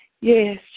Yes